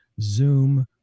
zoom